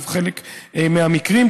ובחלק מהמקרים,